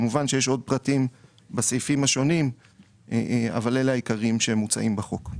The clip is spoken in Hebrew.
כמובן שיש עוד פרטים בסעיפים השונים אבל אלה העיקרים שמוצעים בחוק.